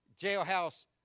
jailhouse